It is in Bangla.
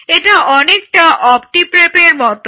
এটি অনেকটা অপ্টি প্রেপের মত